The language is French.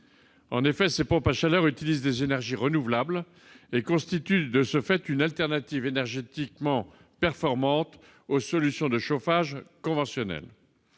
En effet, ces pompes à chaleur utilisent des énergies renouvelables et constituent, de ce fait, une alternative énergétiquement performante aux solutions de chauffage conventionnelles.